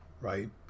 right